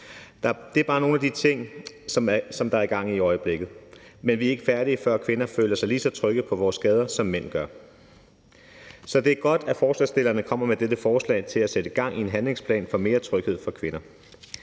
Det er bare nogle af de ting, som der er gang i i øjeblikket, men vi er ikke færdige, før kvinder føler sig lige så trygge på vores gader, som mænd gør. Så det er godt, at forslagsstillerne kommer med dette forslag til at sætte gang i en handlingsplan for mere tryghed for kvinder.